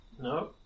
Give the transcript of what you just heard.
No